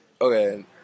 Okay